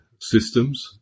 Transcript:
systems